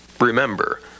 Remember